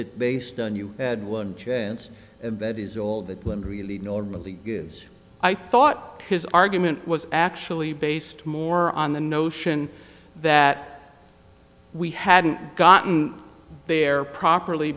it based on you had one chance and that is all the wind really normally gives i thought his argument was actually based more on the notion that we hadn't gotten there properly